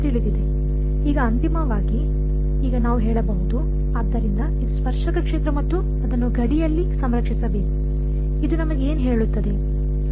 ಈಗ ಅಂತಿಮವಾಗಿ ಈಗ ನಾವು ಹೇಳಬಹುದು ಆದ್ದರಿಂದ ಇದು ಸ್ಪರ್ಶಕ ಕ್ಷೇತ್ರ ಮತ್ತು ಅದನ್ನು ಗಡಿಯಲ್ಲಿ ಸಂರಕ್ಷಿಸಬೇಕು ಇದು ನಮಗೆ ಏನು ಹೇಳುತ್ತದೆ